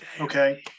Okay